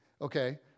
Okay